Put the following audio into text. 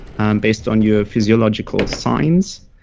um based on your physiological signs,